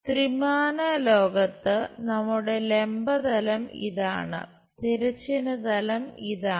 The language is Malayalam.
ത്രിമാന ലോകത്ത് നമ്മുടെ ലംബ തലം ഇതാണ് തിരശ്ചീന തലം ഇതാണ്